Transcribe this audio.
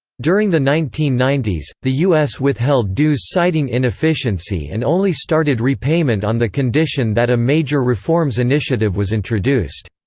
during the nineteen ninety s, the us withheld dues citing inefficiency and only started repayment on the condition that a major reforms initiative was introduced.